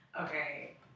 Okay